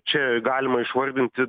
čia galima išvardinti